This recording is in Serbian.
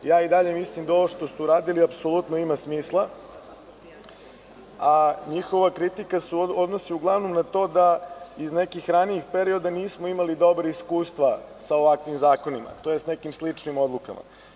I dalje mislim da ovo što ste uradili apsolutno ima smisla, a njihova kritika se odnosi uglavnom na to da iz nekih ranijih perioda nismo imali dobra iskustva sa ovakvim zakonima tj. nekim sličnim odlukama.